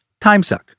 timesuck